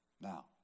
Now